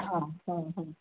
हां हां हां